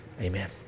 Amen